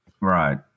right